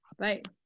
Right